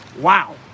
Wow